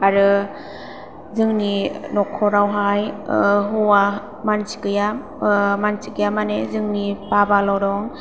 आरो जोंनि नखरावहाय हौवा मानसि गैया मानसि गैया माने जोंनि बाबाल' दं